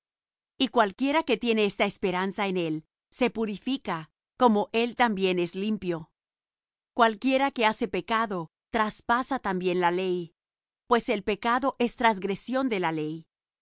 y cualquiera que tiene esta esperanza en él se purifica como él también es limpio cualquiera que hace pecado traspasa también la ley pues el pecado es transgresión de la ley